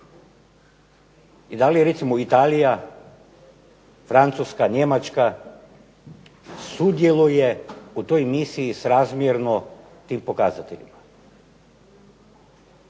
i da li je recimo Italija, Francuska, Njemačka sudjeluje u toj misiji srazmjerno tim pokazateljima.